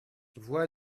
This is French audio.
voix